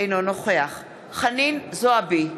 אינו נוכח חנין זועבי,